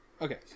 Okay